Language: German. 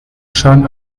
schaden